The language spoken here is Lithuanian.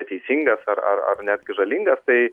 teisingas ar ar ar netgi žalingas tai